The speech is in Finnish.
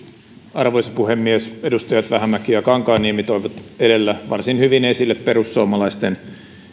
arvoisa puhemies edustajat vähämäki ja kankaanniemi toivat edellä varsin hyvin esille perussuomalaisten